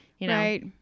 Right